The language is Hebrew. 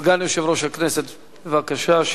סגן יושב-ראש הכנסת, בבקשה.